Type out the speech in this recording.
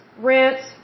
Rents